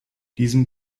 diesem